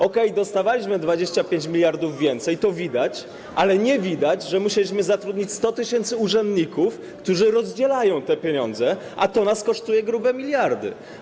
Okej, dostawaliśmy 25 mld więcej i to widać, ale nie widać, że musieliśmy zatrudnić 100 tys. urzędników, którzy rozdzielają te pieniądze, a to nas kosztuje grube miliardy.